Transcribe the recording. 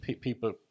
People